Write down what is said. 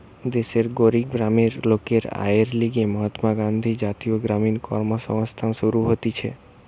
দেশের গরিব গ্রামের লোকের আয়ের লিগে মহাত্মা গান্ধী জাতীয় গ্রামীণ কর্মসংস্থান শুরু হতিছে